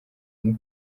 umu